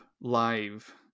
live